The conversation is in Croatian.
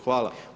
Hvala.